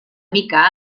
mica